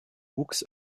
wuchs